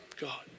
God